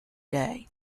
day